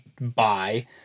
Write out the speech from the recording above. buy